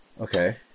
Okay